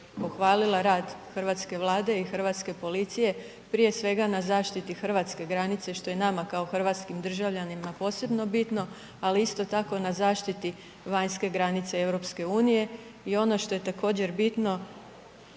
pohvalila rad hrvatske Vlade i hrvatske policije prije svega na zaštiti hrvatske granice što je nama kao hrvatskim državljanima posebno bitno ali isto tako na zaštiti vanjske granice EU-a i ono što je također bitno,